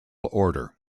order